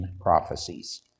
prophecies